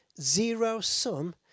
zero-sum